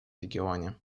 регионе